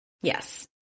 Yes